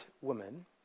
woman